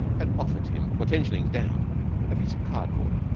had offered him for ten shillings down a piece of cardboard,